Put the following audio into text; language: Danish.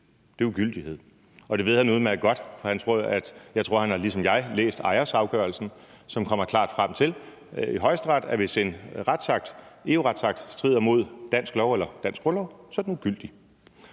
Det er jo gyldighed. Og det ved han udmærket godt, for jeg tror, at han ligesom jeg har læst Ajosafgørelsen, som kommer klart frem til i Højesteret, at hvis en EU-retsakt strider mod dansk lov eller den danske grundlov, så er den ugyldig.